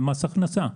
ממס הכנסה.